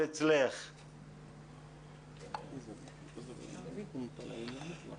אין להם מחשב,